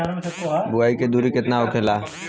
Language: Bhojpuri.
बुआई के दूरी केतना होखेला?